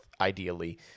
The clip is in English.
Ideally